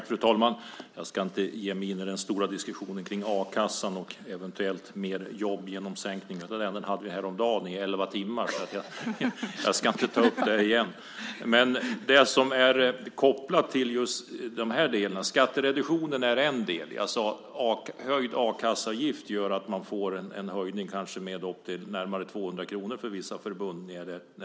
Fru talman! Jag ska inte ge mig in i den stora diskussionen om a-kassan och eventuellt flera jobb genom en sänkning av ersättningen från denna. Den diskussionen hade vi häromdagen i elva timmar, så jag ska inte ta upp det där igen. När det gäller det som är kopplat till just de här delarna är skattereduktionen en del. Jag sade att höjd a-kasseavgift gör att man får en höjning med kanske upp till närmare 200 kr i vissa förbund.